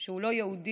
שהוא לא יהודי,